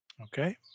Okay